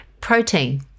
Protein